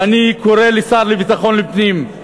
ואני קורא לשר לביטחון הפנים,